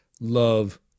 Love